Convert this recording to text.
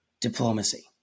diplomacy